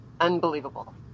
unbelievable